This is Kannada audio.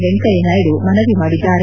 ವೆಂಕಯ್ಣನಾಯ್ತು ಮನವಿ ಮಾಡಿದ್ದಾರೆ